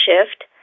shift